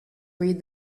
read